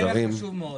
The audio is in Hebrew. זה היה חשוב מאוד.